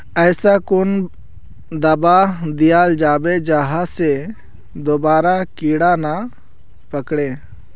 ऐसा कुन दाबा दियाल जाबे जहा से दोबारा कीड़ा नी पकड़े?